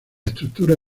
estructura